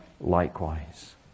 likewise